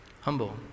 Humble